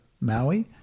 Maui